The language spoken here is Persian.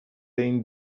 این